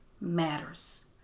matters